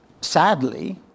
Sadly